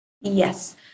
Yes